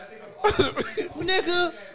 Nigga